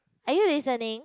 are you listening